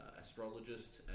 Astrologist